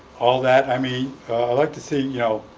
all that. i mean, i'd like to see, you know,